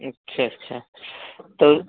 अच्छा अच्छा तो